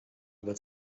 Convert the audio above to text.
über